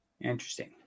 Interesting